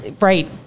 Right